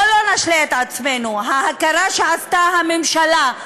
בואו לא נשלה את עצמנו, ההכרה שעשתה הממשלה,